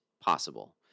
possible